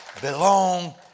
belong